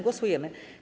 Głosujemy.